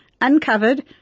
uncovered